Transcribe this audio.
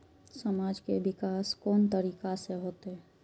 समाज के विकास कोन तरीका से होते?